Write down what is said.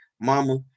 mama